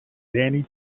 danny